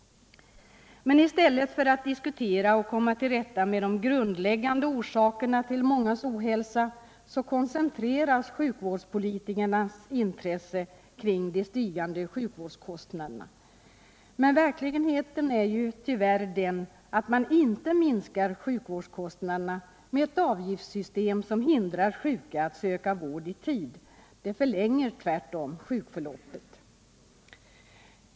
I stället för att diskutera och komma till rätta med de grundläggande orsakerna till mångas ohälsa koncentreras sjukvårdspolitikernas intresse till de stigande sjukvårdskostnaderna. Men verkligheten är ju tyvärr sådan, att man inte minskar sjukvårdskostnaderna med ewt avgiftssystem som hindrar sjuka att söka vård i tid — det förlänger tvärtom sjukförloppet.